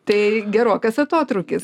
tai gerokas atotrūkis